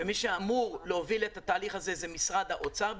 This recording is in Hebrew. מי שאמור להוביל את התהליך הזה הוא משרד האוצר.